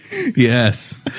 yes